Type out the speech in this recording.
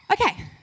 Okay